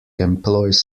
employs